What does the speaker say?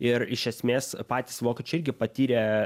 ir iš esmės patys vokiečiai irgi patyrė